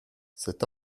cet